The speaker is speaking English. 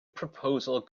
proposal